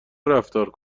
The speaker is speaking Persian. رفتار